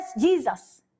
Jesus